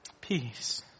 peace